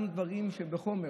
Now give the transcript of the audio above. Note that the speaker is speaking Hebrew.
גם דברים שהם בחומר,